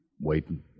waiting